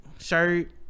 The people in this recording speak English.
shirt